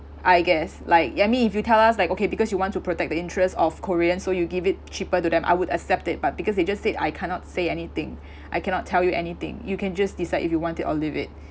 I guess like ya I mean if you tell us like okay because you want to protect the interests of koreans so you give it cheaper to them I would accept it but because they just said I cannot say anything I cannot tell you anything you can just decide if you want it or leave it